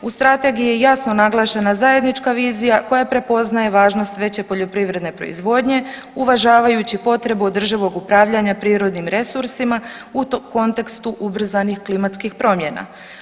U strategiji je jasno naglašena zajednička vizija koja prepoznaje važnost veće poljoprivredne proizvodnje uvažavajući potrebu održivog upravljanja prirodnim resursima u kontekstu ubrzanih klimatskih promjena.